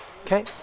Okay